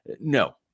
No